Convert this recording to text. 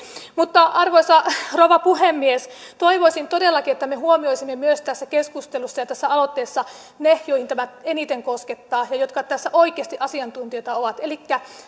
mutta arvoisa rouva puhemies toivoisin todellakin että me huomioisimme myös tässä keskustelussa ja tässä aloitteessa ne joita tämä eniten koskettaa ja jotka tässä oikeasti asiantuntijoita ovat elikkä